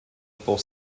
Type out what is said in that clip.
pour